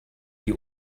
die